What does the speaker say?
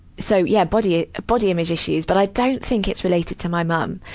so, yeah, body ah body image issues. but i don't think it's related to my mum.